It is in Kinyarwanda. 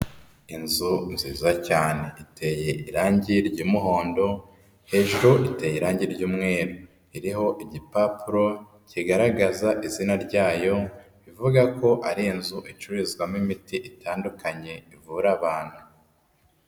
Inzu nziza cyane iteye irangi ry'umuhondo, hejuru iteye irangi ryumweru. Iriho igipapuro kigaragaza izina ryayo, ivuga ko ari inzu icururizwamo imiti itandukanye, ivura abantu.